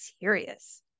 serious